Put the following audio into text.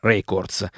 Records